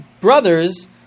brothers